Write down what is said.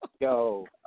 Yo